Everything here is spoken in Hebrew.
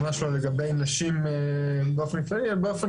ממש לא לגבי נשים באופן כללי אלא באופן